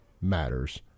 matters